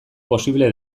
posible